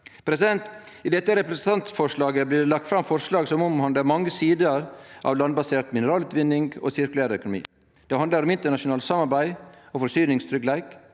verda. I dette representantforslaget blir det lagt fram forslag som omhandlar mange sider av landbasert mineralutvinning og sirkulær økonomi. Det handlar om internasjonalt samarbeid og forsyningstryggleik,